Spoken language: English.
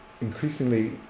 increasingly –